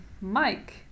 Mike